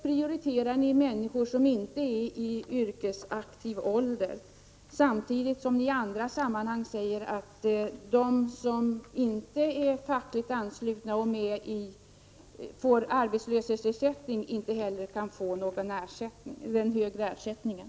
Ni prioriterar människor som inte är i yrkesaktiv ålder, samtidigt som ni i andra sammanhang säger att de som inte är fackligt anslutna och får arbetslöshetsersättning inte heller kan få den högre ersättningen.